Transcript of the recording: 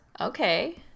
Okay